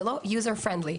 זה לא ידידותי למשתמש,